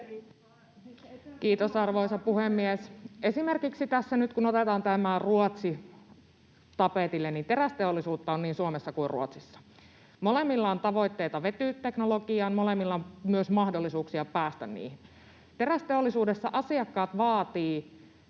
Kiitos, arvoisa puhemies! Kun tässä nyt otetaan tämä Ruotsi tapetille, niin terästeollisuutta on niin Suomessa kuin Ruotsissa. Molemmilla on tavoitteita vetyteknologiaan. Molemmilla on myös mahdollisuuksia päästä niihin. Terästeollisuudessa asiakkaat vaativat